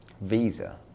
visa